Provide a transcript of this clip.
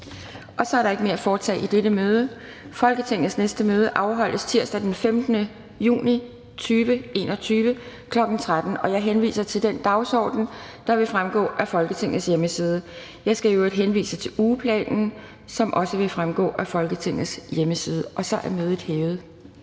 Så er der ikke mere at foretage i dette møde. Folketingets næste møde afholdes tirsdag den 15. juni 2021, kl. 13.00. Jeg henviser til den dagsorden, der fremgår af Folketingets hjemmeside. Jeg skal i øvrigt henvise til ugeplanen, der også vil fremgå af Folketingets hjemmeside. Mødet er hævet.